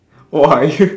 !wah! you